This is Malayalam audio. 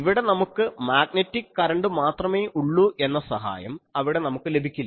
ഇവിടെ നമുക്ക് മാഗ്നെറ്റിക് കരണ്ട് മാത്രമേ ഉള്ളൂ എന്ന സഹായം അവിടെ നമുക്ക് ലഭിക്കില്ല